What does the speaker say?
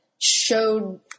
showed